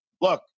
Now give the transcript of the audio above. look